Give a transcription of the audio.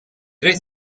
tre